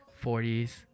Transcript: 40s